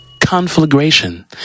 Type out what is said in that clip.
Conflagration